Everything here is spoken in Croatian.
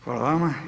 Hvala vama.